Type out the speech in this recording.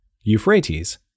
Euphrates